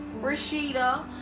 rashida